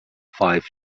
five